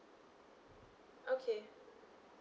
okay